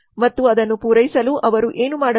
ಮತ್ತು ಅದನ್ನು ಪೂರೈಸಲು ಅವರು ಏನು ಮಾಡಬೇಕು